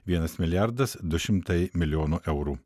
vienas milijardas du šimtai milijonų eurų